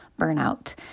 burnout